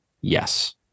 Yes